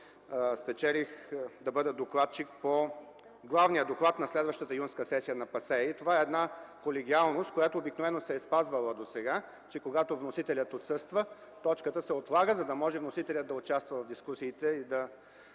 спечелих да бъда докладчик по Главния доклад на следващата юнска сесия на ПАСЕ. Това е една колегиалност, която обикновено се е спазвала досега – че когато вносителят отсъства, точката се отлага, за да може той да участва в дискусиите и да